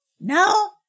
No